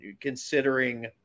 considering